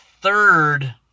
third